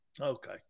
Okay